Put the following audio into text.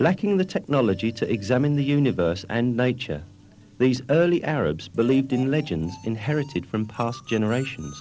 lacking the technology to examine the universe and nature these early arabs believed in legends inherited from past generations